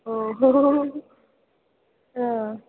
अ'